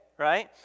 Right